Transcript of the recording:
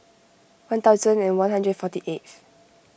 one thousand one hundred and forty eighth